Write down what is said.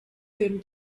them